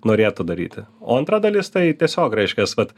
norėtų daryti o antra dalis tai tiesiog reiškias vat